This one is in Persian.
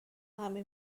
همه